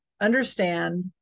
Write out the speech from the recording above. understand